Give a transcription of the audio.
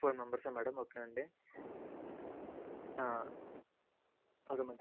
four మెంబర్సా madam ఓకేనండి okay madam